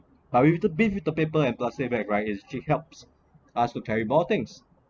but with the with the paper and plastic bag right it helps us to carry more things